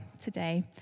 today